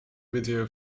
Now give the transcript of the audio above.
video